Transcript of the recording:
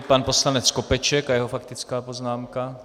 Pan poslanec Skopeček a jeho faktická poznámka.